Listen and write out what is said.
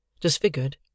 disfigured